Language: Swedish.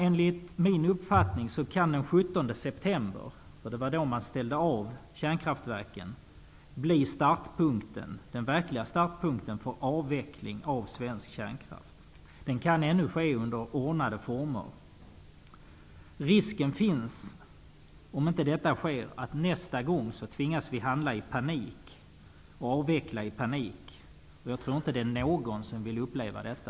Enligt min uppfattning kan den 17 september -- det var då man ställde av kärnkraftverken -- bli den verkliga startpunkten för avvecklingen av svensk kärnkraft. Den kan ännu ske under ordnade former. Om inte detta sker finns risken att vi nästa gång tvingas handla och avveckla i panik. Jag tror inte att det finns någon som vill uppleva detta.